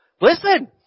Listen